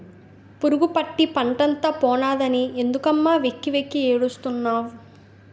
పురుగుపట్టి పంటంతా పోనాదని ఎందుకమ్మ వెక్కి వెక్కి ఏడుస్తున్నావ్